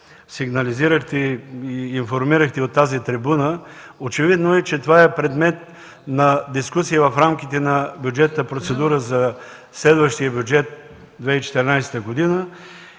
сигнализирахте и информирахте от тази трибуна, очевидно е, че това е предмет на дискусия в рамките на бюджетна процедура за следващия Бюджет 2014 г.